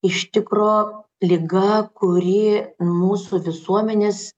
iš tikro liga kuri mūsų visuomenės